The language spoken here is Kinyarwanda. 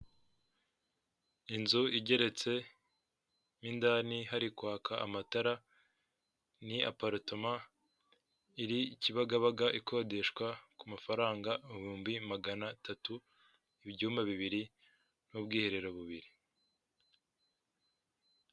Inzu igeretse mo indani hari kwaka amatara, ni aparitoma iri kibagabaga, ikodeshwa ku mafaranga ibihumbi magana atatu, ibyumba bibiri n'ubwiherero bubiri.